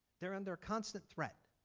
they are under constant threat.